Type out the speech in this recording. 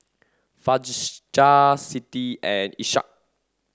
Siti and Ishak